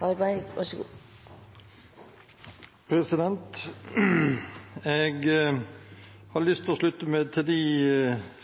Jeg har lyst til å slutte meg til de